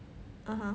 (uh huh)